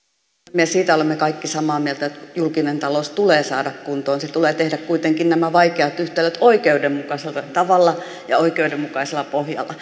puhemies siitä olemme kaikki samaa mieltä että julkinen talous tulee saada kuntoon tulee tehdä kuitenkin nämä vaikeat yhtälöt oikeudenmukaisella tavalla ja oikeudenmukaisella pohjalla